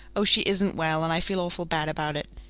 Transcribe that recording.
oh, she isn't well and i feel awful bad about it.